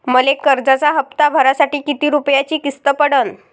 मले कर्जाचा हप्ता भरासाठी किती रूपयाची किस्त पडन?